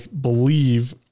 believe